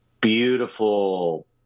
beautiful